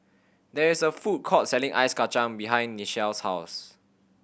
there is a food court selling ice kacang behind Nichelle's house